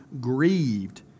grieved